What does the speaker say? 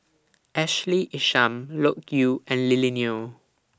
Ashley Isham Loke Yew and Lily Neo